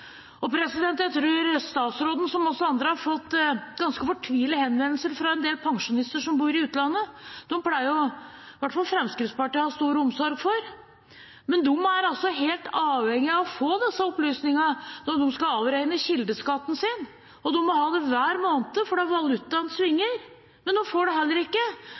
Jeg tror statsråden, som oss andre, har fått ganske fortvilede henvendelser fra en del pensjonister som bor i utlandet. De pleier i hvert fall Fremskrittspartiet å ha stor omsorg for. Men de er helt avhengig av å få disse opplysningene når de skal avregne kildeskatten sin, og de må ha det hver måned fordi valutaen svinger. Men de får det heller ikke,